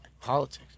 Politics